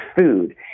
Food